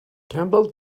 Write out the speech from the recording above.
campbell